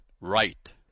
right